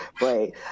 right